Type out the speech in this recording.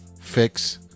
fix